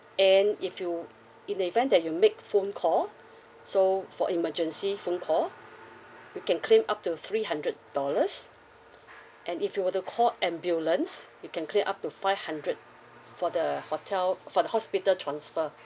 and if you in the event that you make phone call so for emergency phone call you can claim up to three hundred dollars and if you were to call ambulance you can claim up to five hundred for the hotel for the hospital transfer